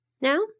now